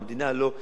המדינה לא,